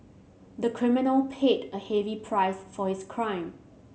the criminal paid a heavy price for his crime